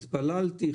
התפללתי,